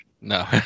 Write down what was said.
No